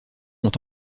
ont